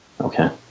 Okay